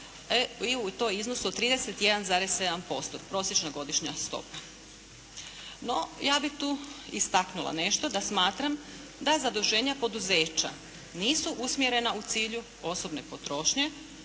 i to u iznosu od 31,7% prosječna godišnja stopa. No, ja bih tu istaknula nešto, da smatram da zaduženja poduzeća nisu usmjerena u cilju osobne potrošnje